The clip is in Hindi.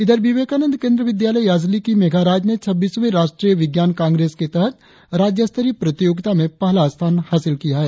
इधर विवेकानंद केंद्र विद्यालय याजाली की मेघा राज ने छब्वीसवें राष्ट्रीय विज्ञान कांग्रेस के तहत राज्य स्तरीय प्रतियोगिता में पहला स्थान हासिल किया है